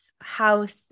house